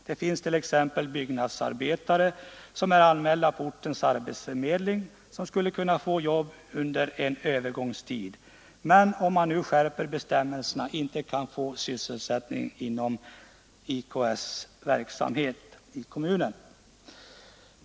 Det finns t.ex. byggnadsarbetare som är anmälda på ortens arbetsförmedling och som skulle kunna få jobb under en övergångstid men som, om man nu skärper bestämmelserna, inte kan få sysselsättning inom IKS-verksamheten.